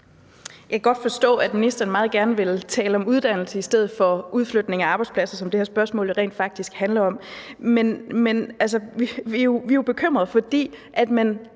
godt forstå, at ministeren meget gerne vil tale om uddannelse i stedet for udflytning af arbejdspladser, som det her spørgsmål jo rent faktisk handler om. Men vi er jo bekymrede, fordi man